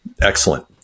excellent